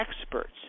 experts